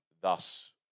Thus